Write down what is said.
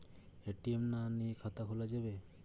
ATM না নিয়ে খাতা খোলা যাবে?